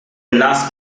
last